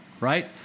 right